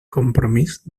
compromís